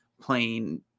playing